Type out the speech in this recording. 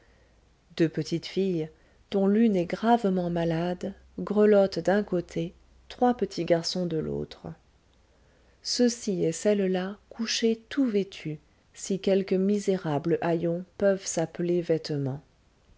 deux petites filles dont l'une est gravement malade grelottent d'un côté trois petits garçons de l'autre ceux-ci et celles-là couchés tout vêtus si quelques misérables haillons peuvent s'appeler vêtements